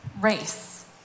race